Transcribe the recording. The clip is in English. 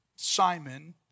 Simon